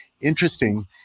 interesting